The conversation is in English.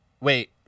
Wait